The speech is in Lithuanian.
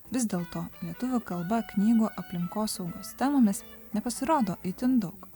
vis dėlto lietuvių kalba knygų aplinkosaugos temomis nepasirodo itin daug